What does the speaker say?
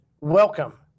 Welcome